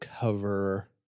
cover